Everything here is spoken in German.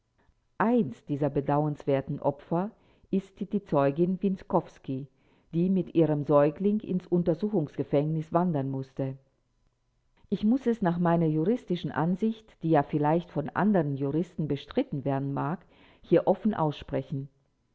eins dieser bedauernswerten opfer ist die zeugin wienkowski die mit ihrem säugling ins untersuchungsgefängnis wandern mußte ich muß es nach meiner juristischen ansicht die ja vielleicht von anderen juristen bestritten werden mag hier offen aussprechen